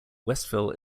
westville